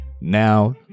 Now